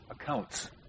accounts